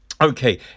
okay